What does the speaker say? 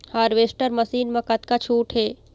Harvester machine मा कतका छूट हे?